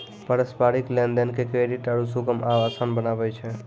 पारस्परिक लेन देन के क्रेडिट आरु सुगम आ असान बनाबै छै